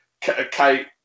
Kate